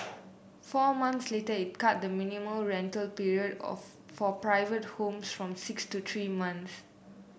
four months later it cut the minimum rental period of for private homes from six to three months